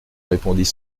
répondit